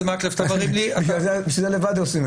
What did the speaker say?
בשביל זה לבד עושים את זה.